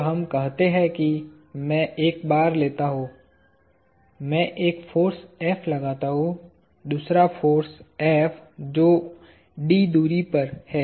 तो हम कहते हैं कि मैं एक बार लेता हूँ मैं एक फोर्स F लगाता हूं और दूसरा फोर्स F जो d दूरी पर है